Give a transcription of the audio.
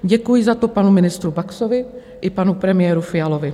Děkuji za to panu ministru Baxovi i panu premiéru Fialovi.